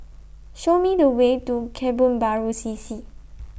Show Me The Way to Kebun Baru C C